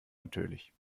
natürlich